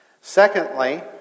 Secondly